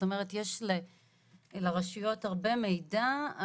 יש לרשויות הרבה מידע לזה.